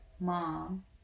mom